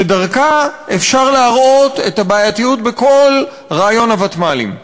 שדרכה אפשר להראות את הבעייתיות בכל רעיון הוותמ"לים.